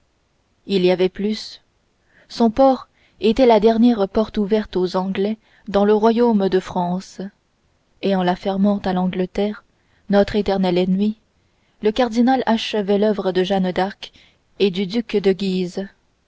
il y avait plus son port était la dernière porte ouverte aux anglais dans le royaume de france et en la fermant à l'angleterre notre éternelle ennemie le cardinal achevait l'oeuvre de jeanne d'arc et du duc de guise